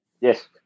Yes